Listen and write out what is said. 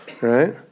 right